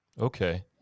Okay